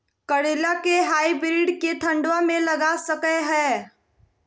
करेला के हाइब्रिड के ठंडवा मे लगा सकय हैय?